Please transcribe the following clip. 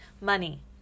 money